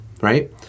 right